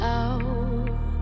out